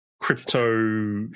crypto